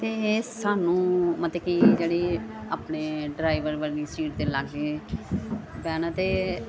ਅਤੇ ਸਾਨੂੰ ਮਤਲਬ ਕਿ ਜਿਹੜੀ ਆਪਣੇ ਡਰਾਈਵਰ ਵਾਲੀ ਸੀਟ ਦੇ ਲਾਗੇ ਬਹਿਣਾ ਅਤੇ